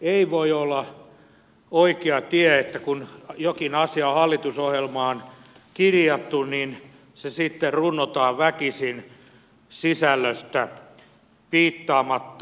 ei voi olla oikea tie että kun jokin asia on hallitusohjelmaan kirjattu se sitten runnotaan väkisin sisällöstä piittaamatta